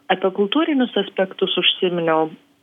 apie kultūrinius aspektus užsiminiau